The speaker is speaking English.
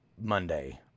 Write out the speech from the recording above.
Monday